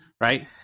right